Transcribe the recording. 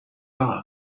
hours